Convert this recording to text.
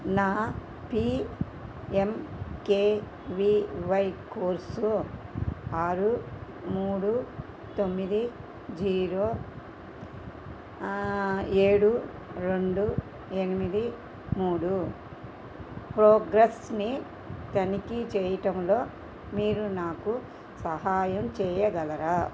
నా PMKVY course ఆరు మూడు తొమ్మిది జీరో ఆ ఏడు రెండు ఎనిమిది మూడు ప్రోగ్రెస్ని తనిఖీ చెయ్యడంలో మీరు నాకు సహాయం చెయ్యగలరా